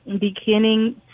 beginning